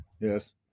Yes